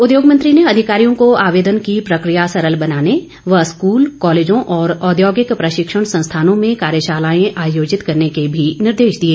उद्योग मंत्री ने अधिकारियों को आवेदन की प्रक्रिया सरल बनाने व स्कूल कॉलेजों और औद्योगिक प्रशिक्षण संस्थानों में कार्यशालाए आयोजित करने के भी निर्देश दिए